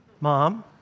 Mom